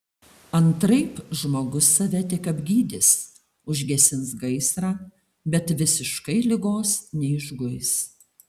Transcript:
antraip žmogus save tik apgydys užgesins gaisrą bet visiškai ligos neišguis